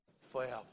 forever